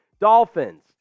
Dolphins